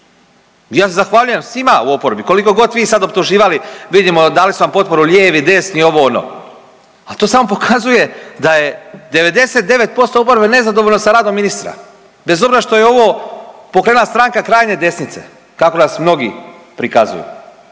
Ja se zahvaljujem svima u oporbi, koliko god vi sad optuživali, vidimo, dali su vam potporu lijevi, desni, ovo, ono. Ali to samo pokazuje da je 99% oporbe nezadovoljno sa radom ministra. Bez obzira što je ovo pokrenula stranka krajnje desnice, kako nas mnogi prikazuju